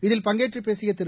இதில் பங்கேற்றுப் பேசிய திரு